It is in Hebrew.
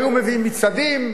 היו מביאים מצעדים,